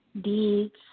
deeds